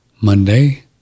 Monday